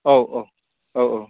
औ औ औ औ